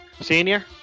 Senior